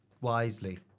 wisely